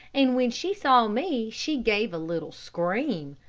and when she saw me, she gave a little scream,